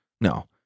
no